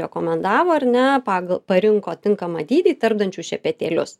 rekomendavo ar ne pagal parinko tinkamą dydį tarpdančių šepetėlius